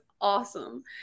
awesome